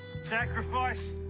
Sacrifice